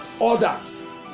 others